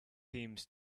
seems